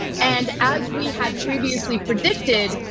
and as we had previously predicted,